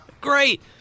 Great